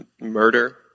murder